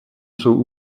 jsou